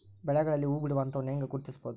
ಬೆಳೆಗಳಲ್ಲಿ ಹೂಬಿಡುವ ಹಂತವನ್ನು ಹೆಂಗ ಗುರ್ತಿಸಬೊದು?